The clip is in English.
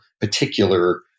particular